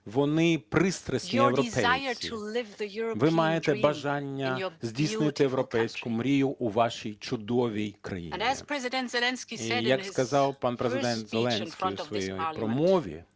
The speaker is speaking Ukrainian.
вони пристрасні європейці. Ви маєте бажання здійснити європейську мрію у вашій чудовій країні. І як сказав пан Президент Зеленський у своїй промові,